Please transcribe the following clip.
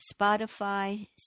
Spotify